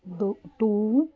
ਦੋ ਟੂ